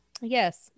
Yes